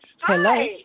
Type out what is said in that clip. Hello